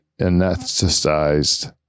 anesthetized